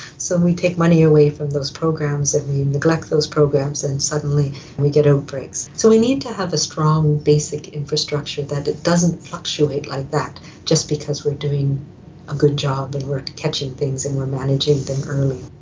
so we take money away from those programs and we neglect those programs, and then suddenly we get outbreaks. so we need to have a strong basic infrastructure that that doesn't fluctuate like that just because we are doing a good job and we are catching things and we are managing them early.